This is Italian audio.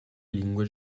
lingue